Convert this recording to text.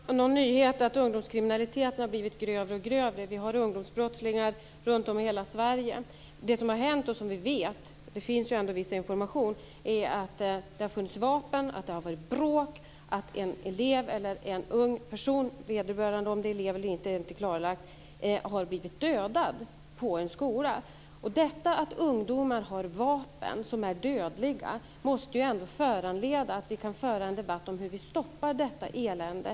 Fru talman! Det kan inte vara någon nyhet att ungdomskriminaliteten har blivit grövre och grövre. Vi har ungdomsbrottslingar runtom i hela Sverige. Det som har hänt och som vi vet, eftersom det ändå finns viss information, är att det har funnits vapen, att det har varit bråk, att en elev eller ung person - det är inte klarlagt om det är en elev eller inte - har blivit dödad på en skola. Detta att ungdomar har vapen som är dödliga måste ändå föranleda en debatt om hur vi stoppar detta elände.